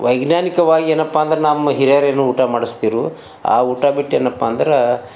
ವೈಜ್ಞಾನಿಕವಾಗಿ ಏನಪ್ಪ ಅಂದ್ರೆ ನಮ್ಮ ಹಿರಿಯರ್ ಏನು ಊಟ ಮಾಡಿಸ್ತಿರು ಆ ಊಟ ಬಿಟ್ಟು ಏನಪ್ಪ ಅಂದ್ರೆ